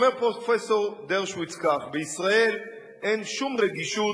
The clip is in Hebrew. אומר פרופסור דרשוביץ כך: בישראל אין שום רגישות